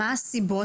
מה הסיבות?